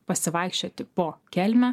pasivaikščioti po kelmę